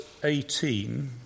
18